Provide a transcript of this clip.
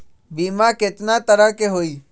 बीमा केतना तरह के होइ?